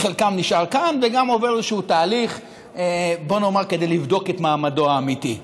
וחלקם נשארים כאן וגם עוברים תהליך כדי לבדוק את מעמדם האמיתי.